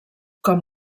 com